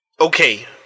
Okay